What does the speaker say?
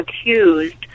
accused